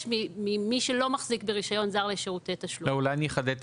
ממי שלא מחזיק ברישיון זר לשירותי תשלום.